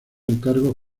encargos